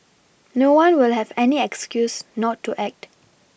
no one will have any excuse not to act